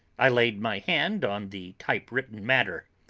i laid my hand on the type-written matter.